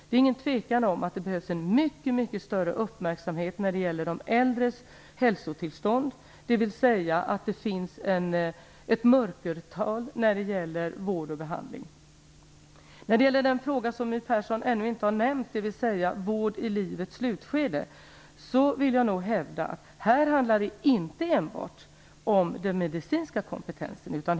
Det är ingen tvekan om att det behövs mycket större uppmärksamhet när det gäller de äldres hälsotillstånd. Det finns ett mörkertal när det gäller vård och behandling. Vad gäller vård i livets slutskede, som My Persson ännu inte nämnt, vill jag hävda att det inte enbart handlar om den medicinska kompetensen.